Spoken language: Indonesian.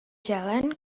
jalan